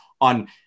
on